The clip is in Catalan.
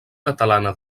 catalana